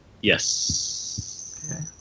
Yes